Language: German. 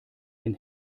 den